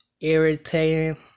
irritating